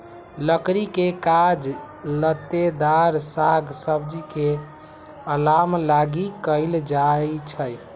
लकड़ी के काज लत्तेदार साग सब्जी के अलाम लागी कएल जाइ छइ